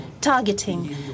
targeting